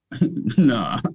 no